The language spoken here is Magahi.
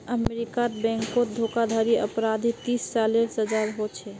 अमेरीकात बैनकोत धोकाधाड़ी अपराधी तीस सालेर सजा होछे